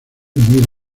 muy